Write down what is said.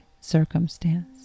circumstance